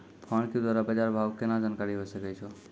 Phone के द्वारा बाज़ार भाव के केना जानकारी होय सकै छौ?